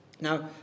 Now